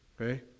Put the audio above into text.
Okay